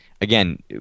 Again